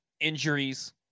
Injuries